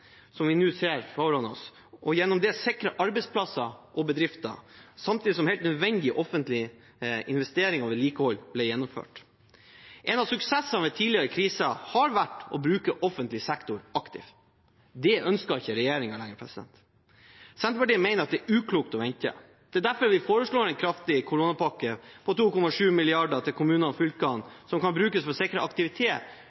som vi nå ser, og gjennom det sikre arbeidsplasser og bedrifter, samtidig som helt nødvendige offentlige investeringer og vedlikehold blir gjennomført. En av suksessene ved tidligere kriser har vært å bruke offentlig sektor aktivt. Det ønsker ikke regjeringen lenger. Senterpartiet mener det er uklokt å vente. Det er derfor vi foreslår en kraftig koronapakke på 2,7 mrd. kr til kommunene og